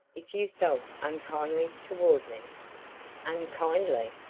if you felt unkindly toward me unkindly?